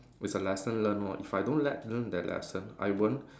was a lesson learnt lor if I don't le~ learn that lesson I won't